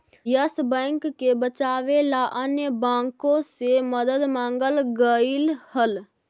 yes Bank के बचावे ला अन्य बाँकों से मदद मांगल गईल हल